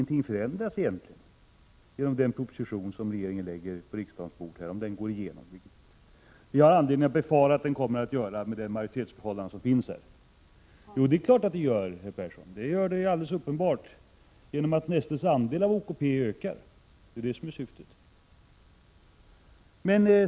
1986/87:134 förändras om det förslag som regeringen lagt på riksdagens bord går igenom, 2 juni 1987 vilket vi har anledning att befara att den kommer att göra med det majoritetsförhållande som råder. Det är klart att en hel del förändras, herr Persson. Nestes andel av OKP ökar — det är det som är syftet.